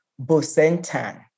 bosentan